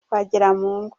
twagiramungu